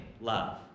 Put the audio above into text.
love